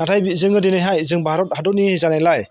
नाथाय जोङो दिनैहाय जों भारत हादरनि जानायलाय